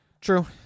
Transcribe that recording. True